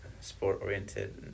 sport-oriented